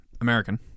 American